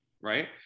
right